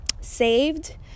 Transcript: Saved